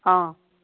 অঁ